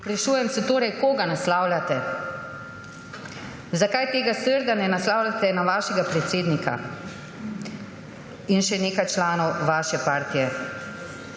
Sprašujem se torej, koga naslavljate. Zakaj tega srda ne naslavljate na svojega predsednika in še nekaj članov svoje partije?